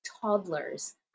toddlers